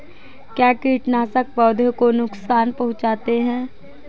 क्या कीटनाशक पौधों को नुकसान पहुँचाते हैं?